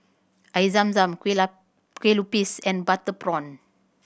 Air Zam Zam kueh Kueh Lupis and butter prawn